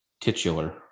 Titular